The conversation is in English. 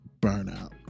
burnout